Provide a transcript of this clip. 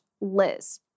Liz